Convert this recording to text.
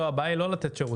לא, הבעיה היא לא לתת שירות.